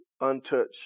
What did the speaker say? untouched